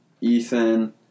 Ethan